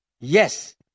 Yes